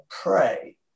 pray